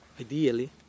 ideally